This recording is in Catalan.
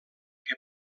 que